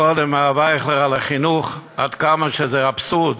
קודם, מהרב אייכלר על החינוך, עד כמה שזה אבסורד,